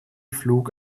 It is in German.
flug